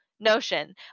Notion